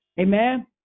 Amen